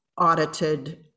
audited